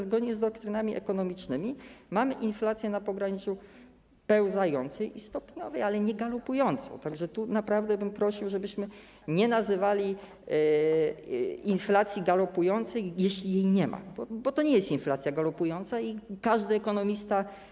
Zgodnie z doktrynami ekonomicznymi mamy inflację na pograniczu pełzającej i stopniowej, ale nie galopującej, tak że naprawdę bym prosił, żebyśmy nie nazywali inflacji galopującą, jeśli jej nie ma, bo to nie jest inflacja galopująca i potwierdzi to każdy ekonomista.